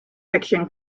fiction